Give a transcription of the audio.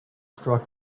struck